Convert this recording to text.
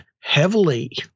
heavily